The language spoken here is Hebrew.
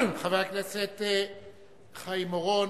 חבר הכנסת חיים אורון,